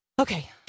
Okay